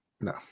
No